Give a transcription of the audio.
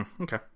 Okay